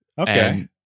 Okay